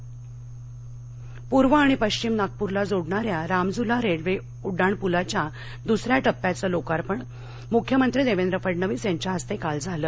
नागपर पूर्व आणि पश्चिम नागपूरला जोडणाऱ्या रामझुला रेल्वे उड्डाण पुलाच्या दुसऱ्या टप्प्याचं लोकार्पण मुख्यमंत्री देवेंद्र फडणवीस यांच्या हस्ते काल झालं